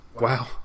wow